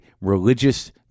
religious